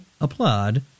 applaud